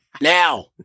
Now